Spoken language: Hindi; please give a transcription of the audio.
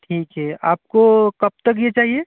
ठीक है आपको कब तक ये चाहिए